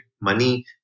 money